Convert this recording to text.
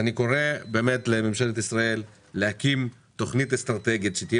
אני קורא באמת לממשלת ישראל להקים תוכנית אסטרטגית שתהיה